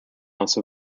also